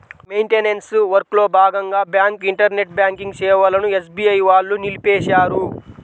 maintenance వర్క్లో భాగంగా bank internet banking సేవలను ఎస్బీఐ వాళ్ళు నిలిపేశారు